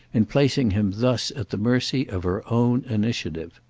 in placing him thus at the mercy of her own initiative.